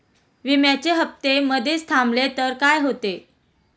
विम्याचे हफ्ते मधेच थांबवले तर काय होते?